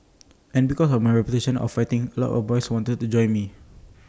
and because of my reputation of fighting A lot of boys wanted to join me